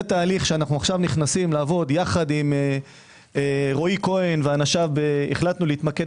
זה תהליך שאנו נכנסים לעבוד יחד עם רועי כהן ואנשיו החלטנו להתמקד